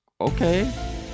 okay